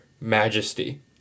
majesty